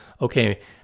okay